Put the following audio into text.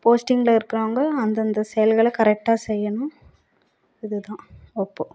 போஸ்டிங்கில் இருக்கிறவங்க அந்தந்த செயல்களை கரெக்டாக செய்யணும் இதுதான் ஒப்பு